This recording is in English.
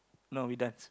no we dance